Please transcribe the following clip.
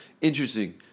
Interesting